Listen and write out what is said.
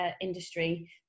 industry